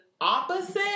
opposite